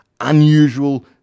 unusual